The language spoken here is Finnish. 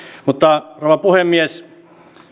mutta rouva puhemies